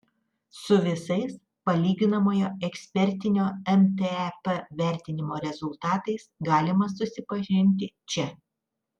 su visais palyginamojo ekspertinio mtep vertinimo rezultatais galima susipažinti čia